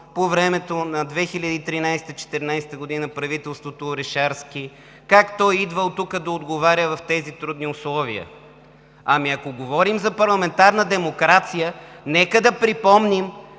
по времето на 2013 – 2014 г., правителството Орешарски, как той идвал тук да отговаря в тези трудни условия. Ами, ако говорим за парламентарна демокрация, нека да припомним,